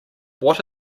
what